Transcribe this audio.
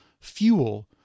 fuel